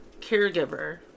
caregiver